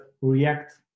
react